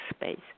space